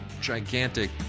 gigantic